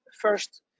first